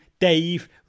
Dave